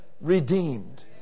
redeemed